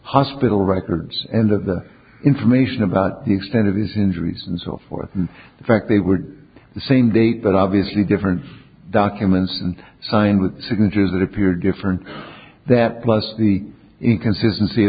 hospital records and of the information about the extent of his injuries and so forth and the fact they were the same date but obviously different documents and signed with signatures that appeared different that plus the inconsistency